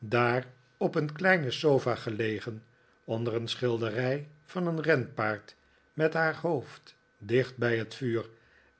daar op een kleine sofa gelegen onder een schilderij van een renpaard met haar hoofd dicht bij het vuur